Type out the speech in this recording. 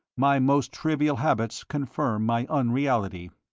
my most trivial habits confirm my unreality.